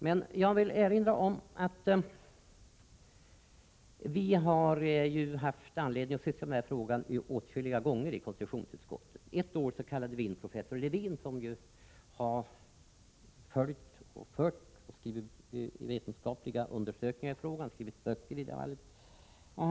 Vi har i konstitutionsutskottet haft anledning att ta upp den här frågan åtskilliga gånger. Ett år kallade vi in professor Lewin, som ju har gjort vetenskapliga undersökningar och skrivit böcker i ämnet.